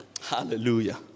Hallelujah